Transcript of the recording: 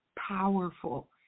powerful